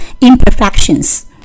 imperfections